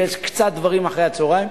שיש בה קצת דברים אחרי הצהריים.